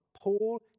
Paul